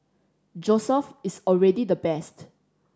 Joseph is already the best